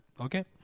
okay